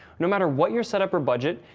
no matter what your setup or budget,